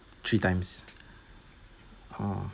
three times ah